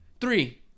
Three